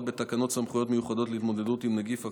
בתקנות סמכויות מיוחדות להתמודדות עם נגיף הקורונה,